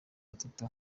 atatu